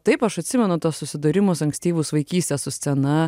taip aš atsimenu tuos susidūrimus ankstyvus vaikystės su scena